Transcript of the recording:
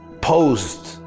posed